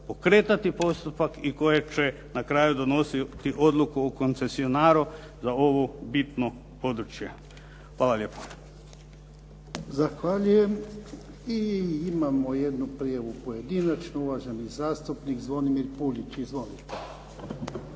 pokretati postupak i koje će na kraju donositi odluku o koncesionaru za ovo bitno područje. Hvala lijepa. **Jarnjak, Ivan (HDZ)** Zahvaljujem. I imamo jednu prijavu pojedinačnu, uvaženi zastupnik Zvonimir Puljić. Izvolite.